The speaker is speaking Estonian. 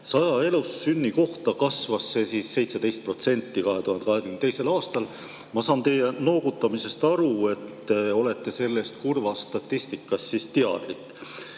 100 elussünni kohta kasvas see 17% 2022. aastal. Ma saan teie noogutamisest aru, et te olete sellest kurvast statistikast teadlik.